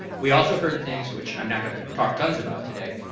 we also heard things which i'm not going to talk tons about today.